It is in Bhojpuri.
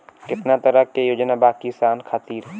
केतना तरह के योजना बा किसान खातिर?